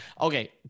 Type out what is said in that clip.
Okay